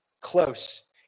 Close